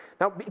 Now